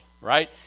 right